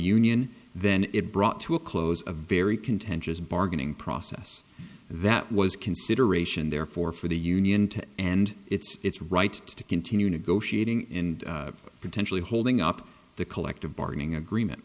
union then it brought to a close a very contentious bargaining process that was consideration therefore for the union to and its right to continue negotiating and potentially holding up the collective bargaining agreement